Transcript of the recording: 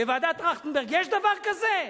בוועדת-טרכטנברג יש דבר כזה?